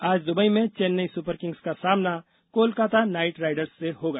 आज दुबई में चेन्नई सुपरकिंग्स का सामना कोलकाता नाइट राइडर्स से होगा